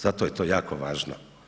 Zato je to jako važno.